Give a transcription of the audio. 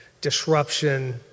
disruption